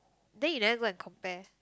they you never go and compare